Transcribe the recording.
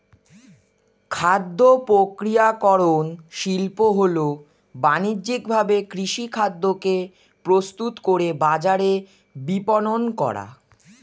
খাদ্যপ্রক্রিয়াকরণ শিল্প হল বানিজ্যিকভাবে কৃষিখাদ্যকে প্রস্তুত করে বাজারে বিপণন করা